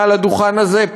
מעל הדוכן הזה,